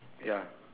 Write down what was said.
ya